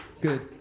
good